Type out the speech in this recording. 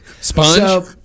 sponge